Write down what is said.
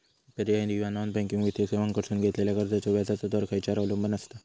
पर्यायी किंवा non banking वित्तीय सेवांकडसून घेतलेल्या कर्जाचो व्याजाचा दर खेच्यार अवलंबून आसता?